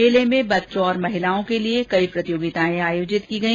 मेले में बच्चों और महिलाओं के लिए कई प्रतियोगिताएं आयोजित की गई